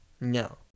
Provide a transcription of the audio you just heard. No